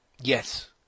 Yes